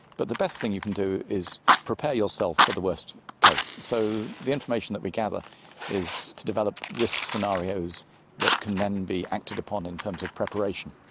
but the best thing you can do is prepare yourself for the worst case. so the information that we gather is to develop risk scenarios that can then be acted upon in terms of preparation.